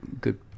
good